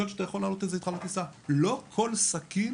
לא כל סכין